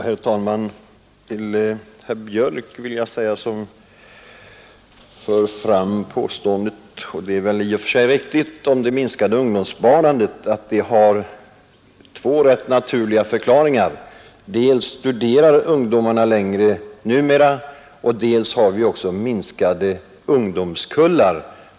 Herr talman! Till herr Björk i Gävle, som för fram det i och för sig riktiga påståendet om det minskade ungdomssparandet, vill jag säga att utvecklingen här har två rätt naturliga förklaringar. Dels studerar ungdomarna längre numera, dels har vi minskade ungdomskullar.